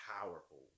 powerful